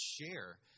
share